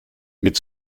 mit